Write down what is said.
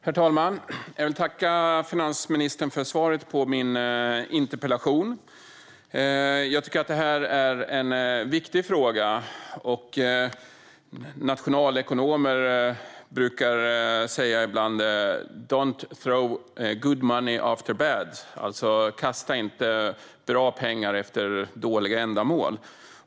Herr talman! Jag vill tacka finansministern för svaret på min interpellation. Jag tycker att det här är en viktig fråga. Nationalekonomer brukar ibland säga: Don't throw good money after bad - kasta inte bra pengar efter dåliga ändamål!